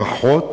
לפחות